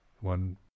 one